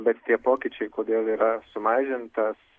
bet tie pokyčiai kodėl yra sumažintas